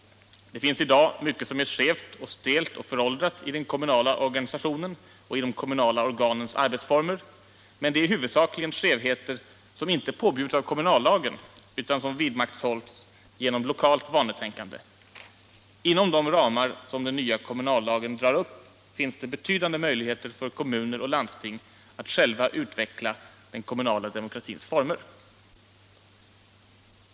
Det finns i dag mycket som är skevt och stelt och föråldrat i den kommunala organisationen och i de kommunala organens arbetsformer, men det är huvudsakligen skevheter som inte påbjuds av kommunallagen utan som vidmakthålls genom lokalt vanetänkande. Inom de ramar som den nya kommunallagen drar upp finns det betydande möjligheter för kommuner och landsting att själva utveckla den kommunala demokratins former.